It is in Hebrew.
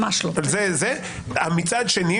מצד שני,